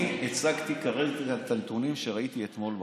אני הצגתי כרגע את הנתונים שראיתי אתמול בחדשות.